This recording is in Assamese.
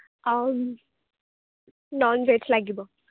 নন ভেজ লাগিব